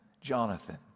Jonathan